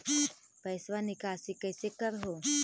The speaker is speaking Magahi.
पैसवा निकासी कैसे कर हो?